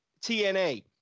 TNA